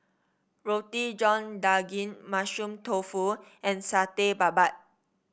Roti John Daging Mushroom Tofu and Satay Babat